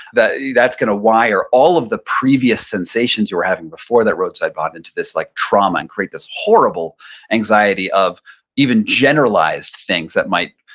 that's gonna wire all of the previous sensations you were having before that roadside bomb into this like trauma and create this horrible anxiety of even generalized things that might,